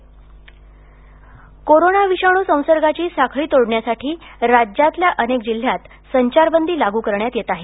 Aurangabad Aurangabad corona विषाणू संसर्गाची साखळी तोडण्यासाठी राज्यातल्या अनेक जिल्ह्यात संचारबंदी लागू करण्यात येत आहे